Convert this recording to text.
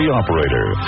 operator